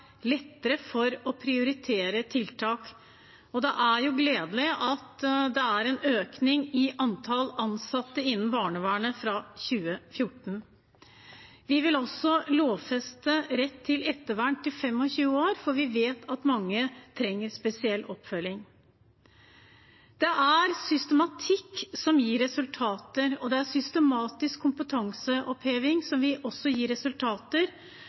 lettere for å prioritere tiltak. Det er også gledelig at det er en økning i antall ansatte innen barnevernet fra 2014. Vi vil også lovfeste rett til ettervern til fylte 25 år, for vi vet at mange trenger spesiell oppfølging. Det er systematikk som gir resultater, og det er systematisk kompetanseheving som vil gi resultater. Ikke minst er vi også